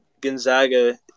Gonzaga